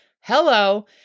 Hello